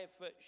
life